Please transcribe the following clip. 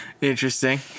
Interesting